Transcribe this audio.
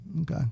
Okay